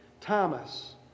Thomas